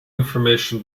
information